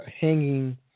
hanging